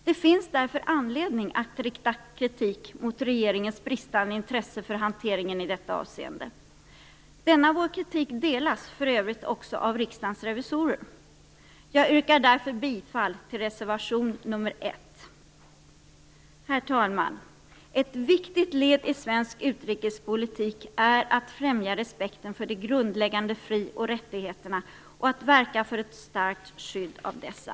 Det finns därför anledning att rikta kritik mot regeringens bristande intresse för hanteringen i detta avseende. Denna vår kritik delas för övrigt också av Riksdagens revisorer. Jag yrkar därför bifall till reservation 1. Herr talman! Ett viktigt led i svensk utrikespolitik är att främja respekten för de grundläggande fri och rättigheterna och att verka för ett starkt skydd av dessa.